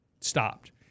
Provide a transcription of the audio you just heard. stopped